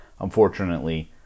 Unfortunately